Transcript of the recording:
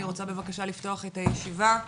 אני רוצה בבקשה לפתוח את הישיבה.